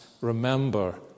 remember